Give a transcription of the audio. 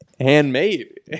handmade